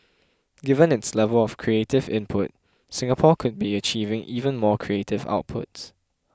given its level of creative input Singapore could be achieving even more creative outputs